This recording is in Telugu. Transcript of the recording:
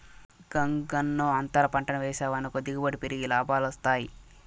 గంగన్నో, అంతర పంటలు వేసావనుకో దిగుబడి పెరిగి లాభాలొస్తాయి